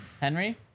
Henry